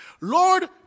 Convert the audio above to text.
Lord